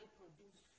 produce